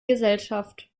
gesellschaft